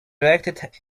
reacted